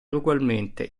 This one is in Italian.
ugualmente